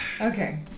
Okay